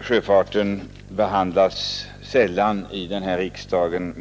Sjöfarten behandlas sällan mera ingående här i riksdagen.